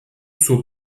zur